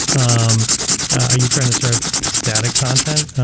um ah you trying to serve static content,